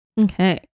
Okay